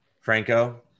Franco